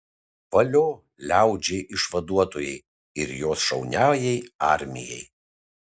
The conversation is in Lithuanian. valio liaudžiai išvaduotojai ir jos šauniajai armijai